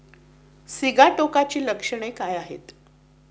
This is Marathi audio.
सिगाटोकाची लक्षणे काय आहेत?